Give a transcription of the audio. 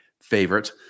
favorite